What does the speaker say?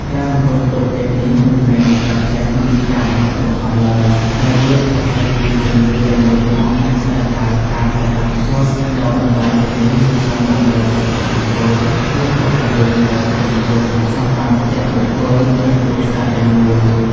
ការរំពឹងទុកទាំងនេះមិនមែនកើតចេញពីការបង្ខិតបង្ខំឡើយ តែវាផុសចេញពីជំនឿយ៉ាងមុតមាំដែលថា ការប្រកាន់ខ្ជាប់នូវតម្លៃទាំងនេះនឹងនាំមកនូវ សុភមង្គល ភាពរុងរឿង និងកិត្តិយស សម្រាប់ទាំងបុគ្គល និងគ្រួសារទាំងមូល។